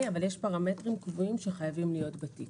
אבל יש פרמטרים קבועים שחייבים להיות בתיק.